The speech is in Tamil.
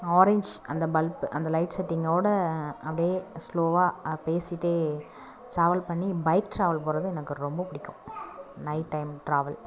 ஆரஞ்ச் அந்த பல்ப் அந்த லைட் செட்டிங்கோட அப்படியே ஸ்லோவா பேசிகிட்டே ட்ராவல் பண்ணி பைக் ட்ராவல் போகிறது எனக்கு ரொம்ப பிடிக்கும் நைட் டைம் ட்ராவல்